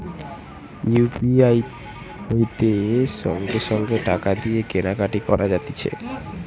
UPI হইতে সঙ্গে সঙ্গে টাকা দিয়ে কেনা কাটি করা যাতিছে